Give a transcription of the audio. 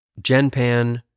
GenPan